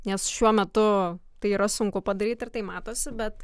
nes šiuo metu tai yra sunku padaryt ir tai matosi bet